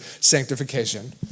sanctification